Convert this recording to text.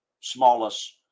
smallest